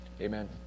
Amen